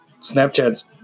Snapchat's